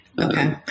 Okay